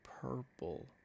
purple